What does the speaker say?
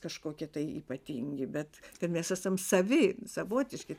kažkokie ypatingi bet kad mes esam savi savotiški